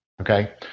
okay